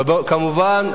וכמובן,